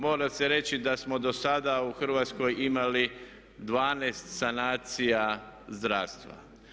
Mora se reći da smo do sada u Hrvatskoj imali 12 sanacija zdravstva.